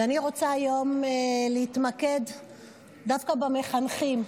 ואני רוצה היום להתמקד דווקא במחנכים,